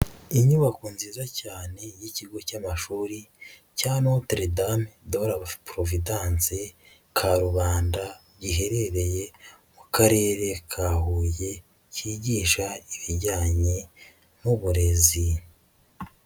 Inyubako nziza cyane y'ikigo cy'amashuri cya Notre dame de la providence Karubanda giherereye mu karere ka Huye cyigisha ibijyanye n'uburezi.